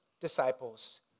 disciples